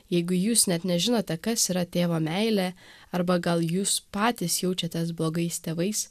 jeigu jūs net nežinote kas yra tėvo meilė arba gal jūs patys jaučiatės blogais tėvais